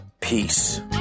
Peace